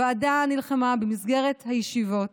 הוועדה נלחמה במסגרת הישיבות